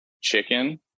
chicken